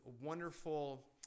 wonderful